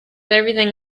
everything